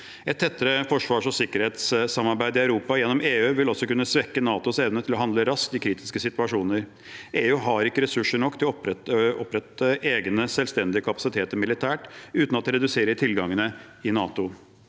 Et tettere forsvars- og sikkerhetssamarbeid i Europa gjennom EU vil også kunne svekke NATOs evne til å handle raskt i kritiske situasjoner. EU har ikke ressurser nok til å opprette egne, selvstendige kapasiteter militært uten at det reduserer tilgangene i NATO.